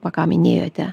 va ką minėjote